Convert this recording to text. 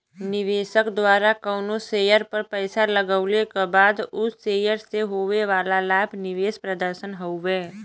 निवेशक द्वारा कउनो शेयर पर पैसा लगवले क बाद उ शेयर से होये वाला लाभ निवेश प्रदर्शन हउवे